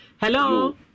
Hello